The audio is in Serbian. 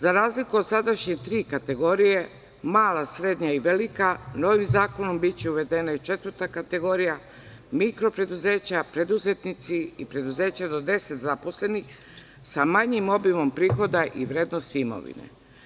Za razliku od sadašnje tri kategorije, mala, srednja i velika, u novi zakon biće uvedena i četvrta kategorija – mikro preduzeća, preduzetnici i preduzeća do 10 zaposlenih sa manjim obimom prihoda i vrednosti imovine.